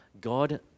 God